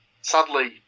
sadly